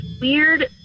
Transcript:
weird